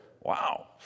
Wow